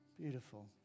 Beautiful